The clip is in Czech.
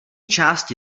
části